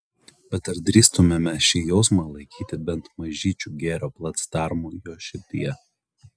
bet ar drįstumėme šį jausmą laikyti bent mažyčiu gėrio placdarmu jo širdyje